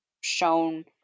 shown